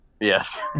Yes